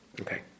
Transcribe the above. Okay